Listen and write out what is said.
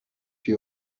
for